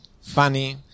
funny